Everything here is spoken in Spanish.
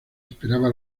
esperaba